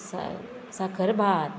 स साकर भात